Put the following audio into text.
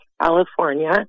California